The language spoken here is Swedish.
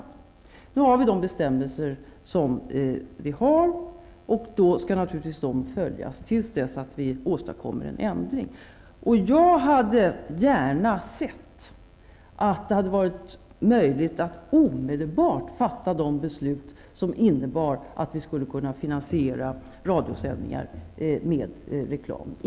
Nu har vi de bestämmelser som vi har, och då skall naturligtvis dessa följas till dess att vi åstadkommer en ändring. Jag hade gärna sett att det varit möjligt att omedelbart fatta beslut som innebar att vi skulle kunna finansiera radiosändningar med reklam.